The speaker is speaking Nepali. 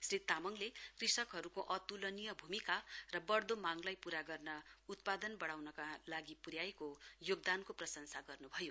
श्री तामाङले कृषकहरूको अतुलनीय भूमिका र बढ्दो मागलाई पूरा गर्न उत्पादन बडाउनका लागि पुन्याएको योगदानको प्रंशसा गर्नु भयो